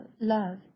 Love